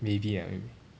maybe ah maybe